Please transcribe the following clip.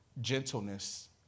gentleness